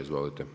Izvolite.